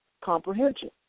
comprehension